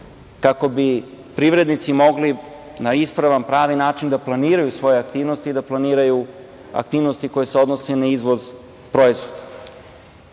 kako bi privrednici mogli na ispravan, pravi način da planiraju svoje aktivnosti i da planiraju aktivnosti koje se odnose na izvoz proizvoda. Bukvalno